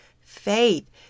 faith